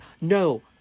no